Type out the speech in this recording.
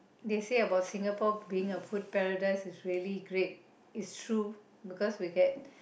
they say about Singapore being a food paradise is really great is true because we get